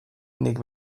nik